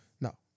No